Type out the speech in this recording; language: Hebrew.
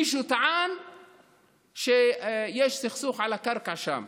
מישהו טען שיש סכסוך על הקרקע שם.